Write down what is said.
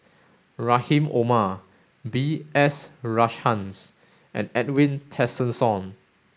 Rahim Omar B S Rajhans and Edwin Tessensohn